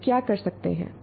शिक्षक क्या कर सकते हैं